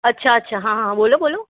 અચ્છા અચ્છા હા હા બોલો બોલો